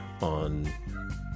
on